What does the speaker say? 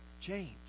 change